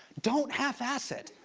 don't half-ass it.